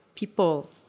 people